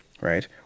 right